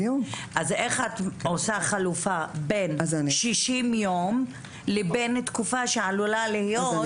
איך את עושה חלופה בין 60 יום לבין תקופה שעלולה להיות שישה חודשים?